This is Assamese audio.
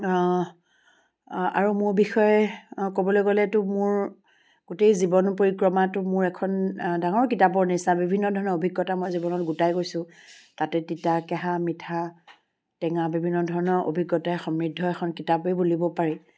আৰু মোৰ বিষয়ে ক'বলৈ গ'লেতো মোৰ গোটেই জীৱন পৰিক্ৰমাটো মোৰ এখন ডাঙৰ কিতাপৰ নিচিনা বিভিন্ন ধৰণৰ অভিজ্ঞতা মই জীৱনত গোটাই গৈছোঁ তাতে তিতা কেহা মিঠা টেঙা বিভিন্ন ধৰণৰ অভিজ্ঞতাই সমৃদ্ধ এখন কিতাপেই বুলিব পাৰি